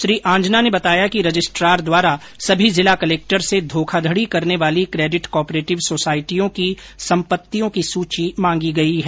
उन्होंने कहा कि रजिस्ट्रार द्वारा सभी जिला कलेक्टर से घोखाघड़ी करने वाली क्रेडिट कोऑपरेटिव सोसायटियों की सम्पत्तियों की सूची मांगी गई है